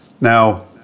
Now